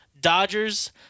Dodgers